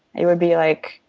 it would be like,